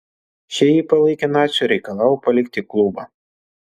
šie jį palaikė naciu ir reikalavo palikti klubą